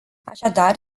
așadar